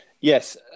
Yes